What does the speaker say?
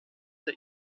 der